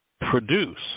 produce